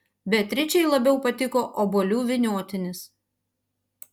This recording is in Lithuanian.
beatričei labiau patiko obuolių vyniotinis